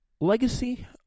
legacy